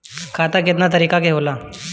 खाता केतना तरीका के होला?